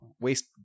waste